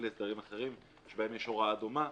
להסדרים אחרים שבהם יש הוראה דומה,